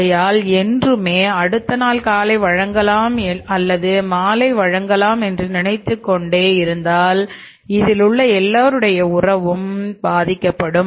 ஆகையால் என்றுமே அடுத்த நாள் காலை வழங்கலாம் அல்லது மாலை வழங்கலாம் என்று நினைத்துக் கொண்டே இருந்தால் இதில் உள்ள எல்லோருடைய கூறவும் பாதிக்கப்படும்